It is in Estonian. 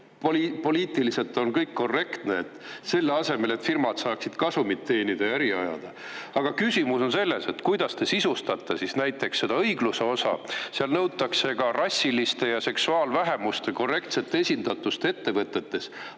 poliitiliselt on kõik korrektne, selle asemel, et firmad saaksid kasumit teenida ja äri ajada. Aga küsimus on selles, et kuidas te sisustate näiteks seda õigluse osa? Seal nõutakse ka rassiliste ja seksuaalvähemuste korrektset esindatust ettevõttetes.